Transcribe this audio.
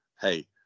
hey